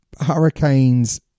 Hurricanes